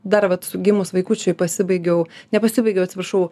dar vat gimus vaikučiui pasibaigiau nepasibaigiau atsiprašau